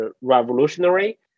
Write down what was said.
revolutionary